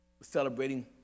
celebrating